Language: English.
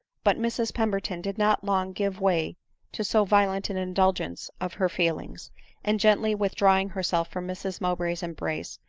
but mrs pemberton did not long give way to so violent an indulgence of her feelings and gently with drawing herself from mrs mowbray's embrace,